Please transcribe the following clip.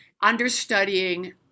understudying